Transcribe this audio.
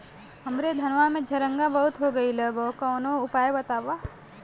हमरे धनवा में झंरगा बहुत हो गईलह कवनो उपाय बतावा?